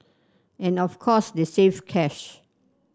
and of course they saved cash